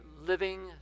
living